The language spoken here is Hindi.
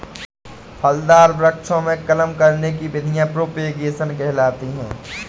फलदार वृक्षों में कलम करने की विधियां प्रोपेगेशन कहलाती हैं